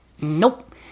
Nope